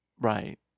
Right